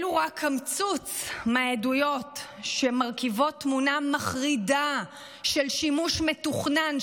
אלו רק קמצוץ מהעדויות שמרכיבות תמונה מחרידה של שימוש מתוכנן,